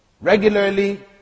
regularly